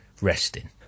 resting